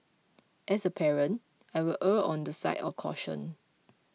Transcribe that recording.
as a parent I will err on the side of caution